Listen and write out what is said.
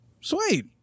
sweet